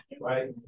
right